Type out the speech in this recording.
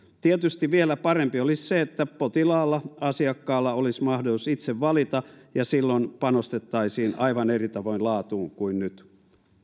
tietysti vielä parempi olisi se että potilaalla asiakkaalla olisi mahdollisuus itse valita ja silloin panostettaisiin aivan eri tavoin laatuun kuin nyt